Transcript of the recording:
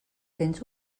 tens